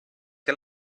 che